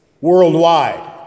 worldwide